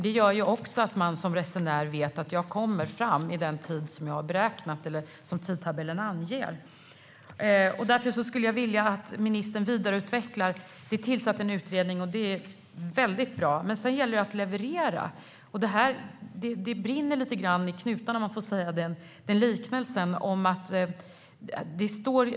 Det gör också att man som resenär vet att man kommer fram vid den tid som man beräknat eller som tidtabellen anger. Därför skulle jag vilja att ministern vidareutvecklar detta. En utredning har tillsatts, vilket är väldigt bra. Men sedan gäller det att leverera. Det brinner lite grann i knutarna, om jag får använda den liknelsen.